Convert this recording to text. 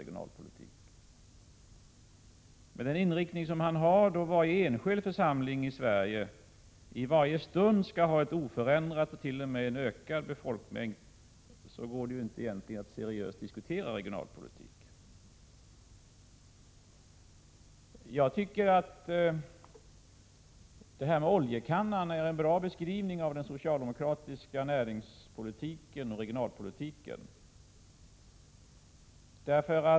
Men med den inriktning som han har — dvs. att varje enskild församling i Sverige alltid skall ha oförändrad, eller t.o.m. större, folkmängd — går det egentligen inte att seriöst diskutera regionalpolitik. Detta med oljekannan är en bra beskrivning av den socialdemokratiska näringspolitiken och regionalpolitiken.